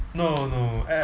no no a~